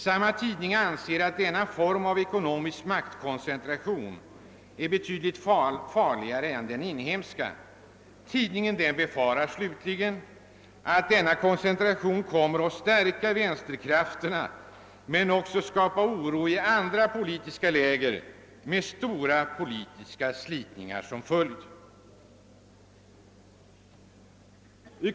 Samma tidning anser att denna form av ekonomisk maktkoncentration är betydligt farligare än den inhemska. Tidningen befarar slutligen, att denna koncentration kommer att stärka vänsterkrafterna men också att skapa oro i andra politiska läger med stora politiska slitningar såsom följd.